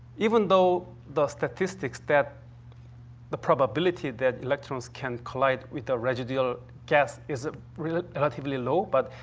even though the statistics that the probability that electrons can collide with the residual gas is ah relatively relatively low, but